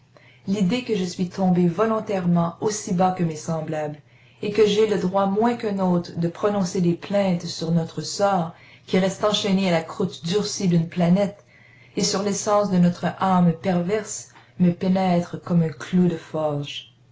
l'idée que je suis tombé volontairement aussi bas que mes semblables et que j'ai le droit moins qu'un autre de prononcer des plaintes sur notre sort qui reste enchaîné à la croûte durcie d'une planète et sur l'essence de notre âme perverse me pénètre comme un clou de forge